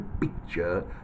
picture